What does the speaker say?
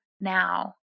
now